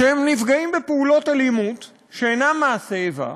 שנפגעים בפעולות אלימות שאינן מעשי איבה,